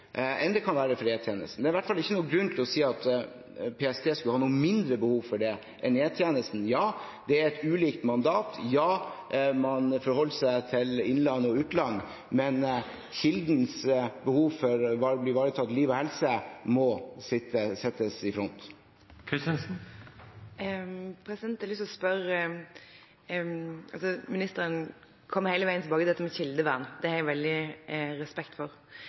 enn det kan være for E-tjenesten. Det er i hvert fall ikke noen grunn til å si at PST skulle ha noe mindre behov for det enn E-tjenesten. Ja, det er et ulikt mandat. Ja, man forholder seg til innland og til utland. Men kildens behov for at liv og helse blir ivaretatt, må settes i front. Jeg har lyst til å spørre: Ministeren kommer hele tiden tilbake til dette med kildevern, det har jeg veldig respekt for,